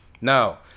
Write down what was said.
Now